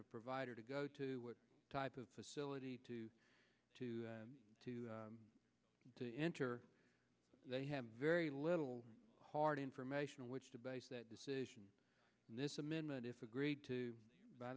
of provider to go to what type of facility to to to to enter they have very little hard information on which to base that decision and this amendment if agreed to b